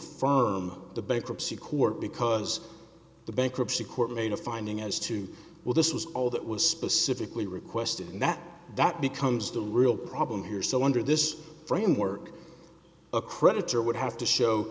irm the bankruptcy court because the bankruptcy court made a finding as to where this was all that was specifically requested and that that becomes the real problem here so under this framework a creditor would have to show